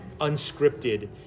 unscripted